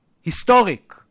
historic